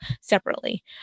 separately